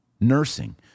nursing